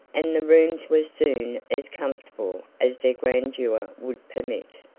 and the rooms were soon as comfortable as their grandeur would permit.